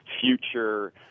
future